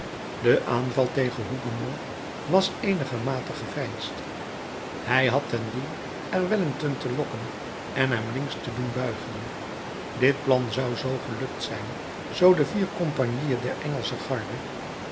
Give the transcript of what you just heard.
de aanval tegen hougomont was eenigermate geveinsd hij had ten doel er wellington te lokken en hem links te doen buigen dit plan zou gelukt zijn zoo de vier compagnieën der engelsche garde